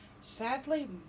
Sadly